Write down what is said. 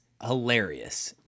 hilarious